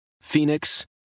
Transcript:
Phoenix